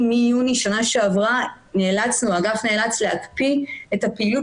מיוני בשנה שעברה האגף נאלץ להקפיא את הפעילות